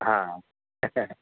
हां